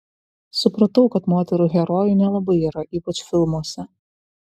supratau kad moterų herojų nelabai yra ypač filmuose